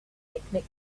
picnic